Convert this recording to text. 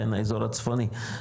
האזור הצפוני,